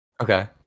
okay